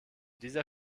dieser